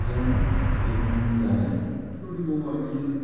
जों दिहुन जानाय